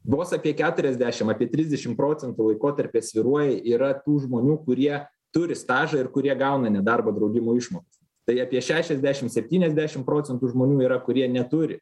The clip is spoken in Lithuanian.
vos apie keturiasdešim apie trisdešim procentų laikotarpyje svyruoja yra tų žmonių kurie turi stažą ir kurie gauna nedarbo draudimo išmokas tai apie šešiasdešim septyniasdešim procentų žmonių yra kurie neturi